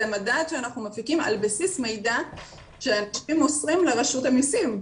זה מדד שאנחנו מפיקים על בסיס מידע שאנשים מוסרים לרשות המסים.